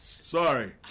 Sorry